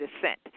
descent